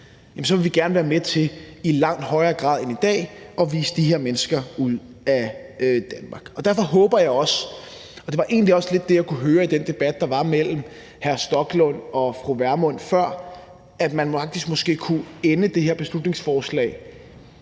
Venstre gerne være med til – i langt højere grad end i dag vise de her mennesker ud af Danmark Derfor håber jeg også – det var egentlig også lidt det jeg kunne høre i den debat, der var mellem hr. Rasmus Stoklund og fru Pernille Vermund før – at man faktisk måske kunne lade det her beslutningsforslag